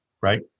right